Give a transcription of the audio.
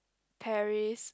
Paris